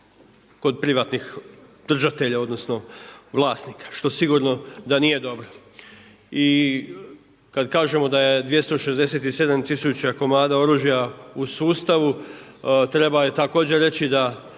kod privatnih držatelja odnosno vlasnika što sigurno da nije dobro. I kada kažemo da je 267 tisuća komada oružja u sustavu treba također reći da